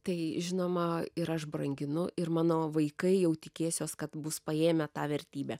tai žinoma ir aš branginu ir mano vaikai jau tikėsiuos kad bus paėmę tą vertybę